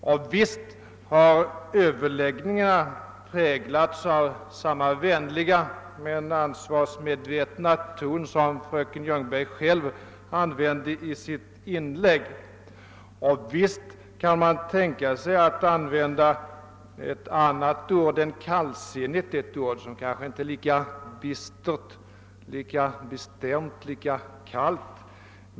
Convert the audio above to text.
Och visst har överläggningarna präglats av samma vänliga men ansvarsmedvetna ton som fröken Ljungberg själv använde i sitt inlägg. Naturligtvis kan man också tänka sig att begagna ett annat ord än kallsinnig — ett ord som inte är lika bistert, inte lika bestämt, inte lika kallt.